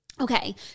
Okay